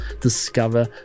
discover